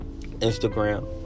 Instagram